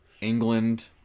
England